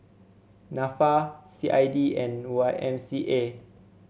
NAFA C I D and Y M C A